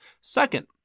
Second